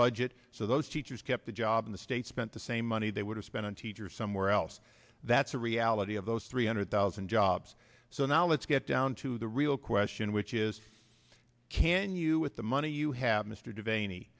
budget so those teachers kept the job in the state spent the same money they would have spent on teachers somewhere else that's a reality of those three hundred thousand jobs so now let's get down to the real question which is can you with the money you have m